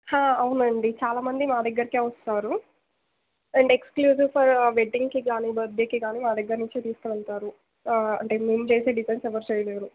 అవునండి చాలా మంది మా దగ్గరకి వస్తారు అండ్ ఎక్స్క్లూసివ్ ఫర్ వెడ్డింగ్కి కానీ బర్త్డేకి కానీ మా దగ్గర నుంచి తీసుకు వెళ్తారు అంటే మేము చేసే డిజైన్స్ ఎవరు చేయలేరు